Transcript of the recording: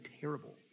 terrible